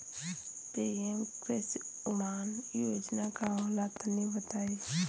PM कृषि उड़ान योजना का होला तनि बताई?